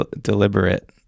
deliberate